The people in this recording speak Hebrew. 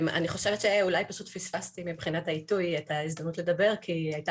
אני חושבת שאולי פספסתי מבחינת העיתוי את ההזדמנות לדבר כי הייתה